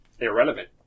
irrelevant